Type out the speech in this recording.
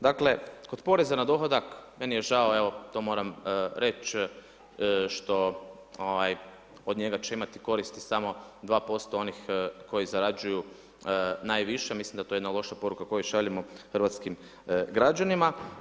Dakle, kod poreza na dohodak, meni je žao, evo, to moram reći što, ovaj, od njega će imati koristi samo 2% onih koji zarađuju najviše, mislim da je to jedna loša poruka koju šaljemo hrvatskim građanima.